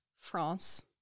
France